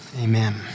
Amen